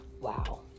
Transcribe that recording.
Wow